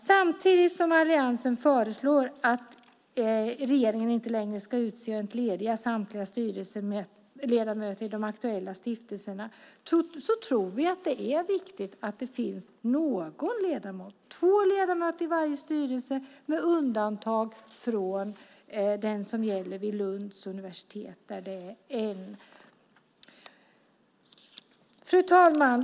Samtidigt som Alliansen föreslår att regeringen inte längre ska utse och entlediga samtliga styrelseledamöter i de aktuella stiftelserna tror vi att det är viktigt att två ledamöter i varje styrelse utses av regeringen, med undantag för stiftelsen vid Lunds universitet där en utses av regeringen. Fru talman!